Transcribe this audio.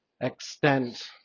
extent